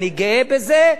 אני גאה בזה,